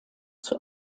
zur